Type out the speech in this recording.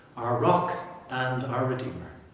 our rock and our redeemer.